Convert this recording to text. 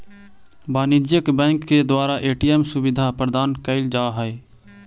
वाणिज्यिक बैंक के द्वारा ए.टी.एम सुविधा प्रदान कैल जा हइ